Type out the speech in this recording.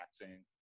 taxing